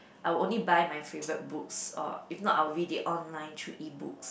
I will only buy my favourite books or if not I will read it online through EBooks